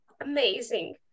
amazing